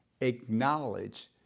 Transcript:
acknowledge